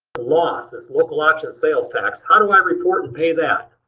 lost, local option sales tax, how do i report and pay that?